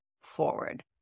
forward